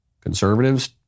Conservatives